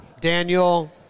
Daniel